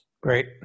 Great